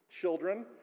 children